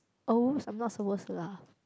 oh I'm not supposed to laugh